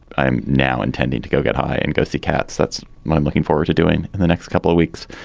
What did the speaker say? i'm now intending to go get high and go see cats. that's what i'm looking forward to doing in the next couple of weeks.